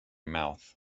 mouth